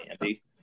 Andy